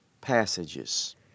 passages